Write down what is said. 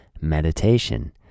meditation